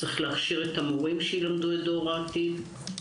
צריך להכשיר את המורים שילמדו את דור העתיד.